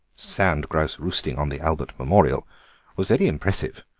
sand grouse roosting on the albert memorial was very impressive,